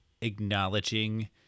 acknowledging